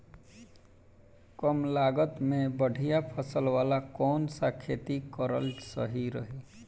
कमलागत मे बढ़िया फसल वाला कौन सा खेती करल सही रही?